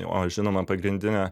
o žinoma pagrindinė